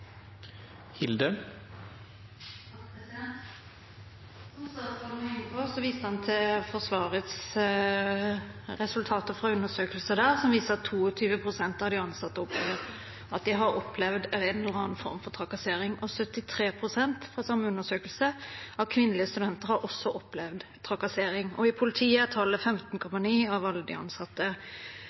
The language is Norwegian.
som viser at 22 pst. av de ansatte har opplevd en eller annen form for trakassering, og 73 pst. av kvinnelige studenter fra samme undersøkelse har opplevd trakassering. I politiet er tallet 15,9 pst. av